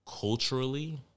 culturally